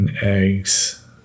Eggs